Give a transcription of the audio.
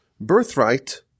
birthright